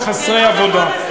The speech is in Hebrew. נתנו לכם הארכה בוועדת הכלכלה.